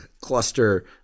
cluster